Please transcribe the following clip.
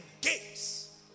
gates